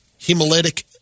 hemolytic